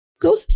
Go